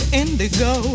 indigo